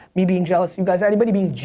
me being jealous, you guys, anybody being je,